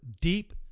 deep